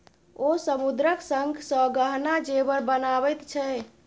ओ समुद्रक शंखसँ गहना जेवर बनाबैत छै